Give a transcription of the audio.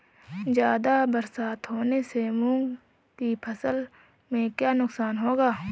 ज़्यादा बरसात होने से मूंग की फसल में क्या नुकसान होगा?